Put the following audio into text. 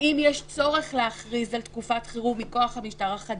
האם יש צורך להכריז על תקופת חירום מכוח המשטר החדש,